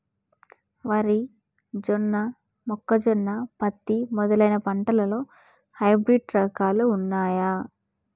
వరి జొన్న మొక్కజొన్న పత్తి మొదలైన పంటలలో హైబ్రిడ్ రకాలు ఉన్నయా?